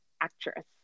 actress